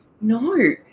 no